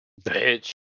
bitch